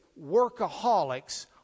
workaholics